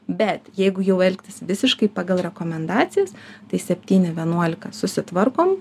bet jeigu jau elgtis visiškai pagal rekomendacijas tai septyni vienuolika susitvarkom